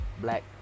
black